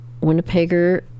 Winnipegger